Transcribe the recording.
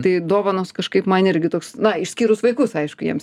tai dovanos kažkaip man irgi toks na išskyrus vaikus aišku jiems